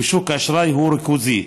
ושוק האשראי הוא ריכוזי.